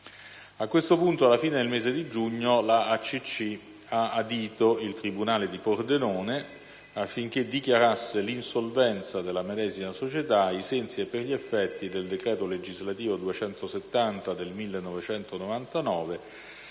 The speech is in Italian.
A questo punto, alla fine del mese di giugno la ACC ha adito il tribunale di Pordenone affinché dichiarasse l'insolvenza della medesima società ai sensi e per gli effetti del decreto legislativo n. 270 del 1999,